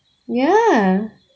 ya